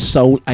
Soul